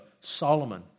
Solomon